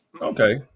Okay